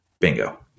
Bingo